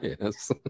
yes